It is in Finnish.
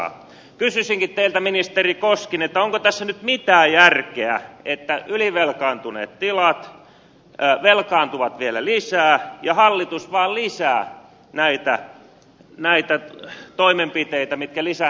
kysyisinkin teiltä ministeri koskinen onko tässä nyt mitään järkeä että ylivelkaantuneet tilat velkaantuvat vielä lisää ja hallitus vaan lisää näitä toimenpiteitä mitkä lisäävät tätä velkaantuneisuutta